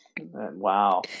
Wow